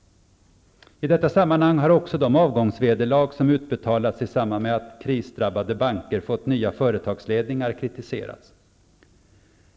I detta sammanhang har också de avgångsvederlag som utbetalas i samband med att krisdrabbade banker fått nya företagsledningar kritiserats.